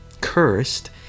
cursed